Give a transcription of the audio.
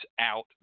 out